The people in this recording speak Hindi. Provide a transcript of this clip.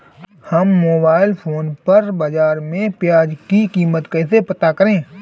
हम मोबाइल फोन पर बाज़ार में प्याज़ की कीमत कैसे पता करें?